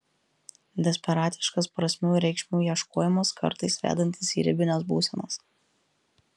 desperatiškas prasmių ir reikšmių ieškojimas kartais vedantis į ribines būsenas